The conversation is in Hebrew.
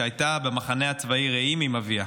שהייתה במחנה הצבאי רעים עם אביה.